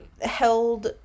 held